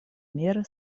меры